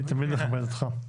אני תמיד מכבד אותך.